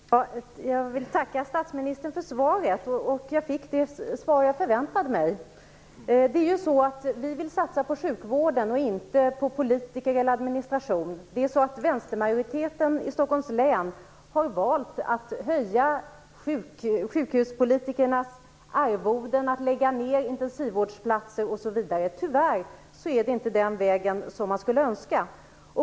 Fru talman! Jag vill tacka statsministern för svaret. Jag fick det svar som jag förväntade mig. Vi vill satsa på sjukvården, inte på politiker eller administration. Vänstermajoriteten i Stockholms län har ju valt att höja sjukhuspolitikernas arvoden, att lägga ned intensivvårdsplatser osv. Tyvärr är det inte den vägen man skulle önska.